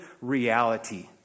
reality